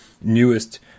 newest